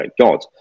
God